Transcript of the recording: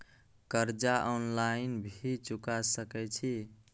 कर्जा ऑनलाइन भी चुका सके छी?